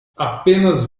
apenas